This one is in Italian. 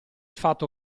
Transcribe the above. fatto